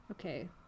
Okay